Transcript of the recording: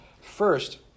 First